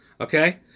okay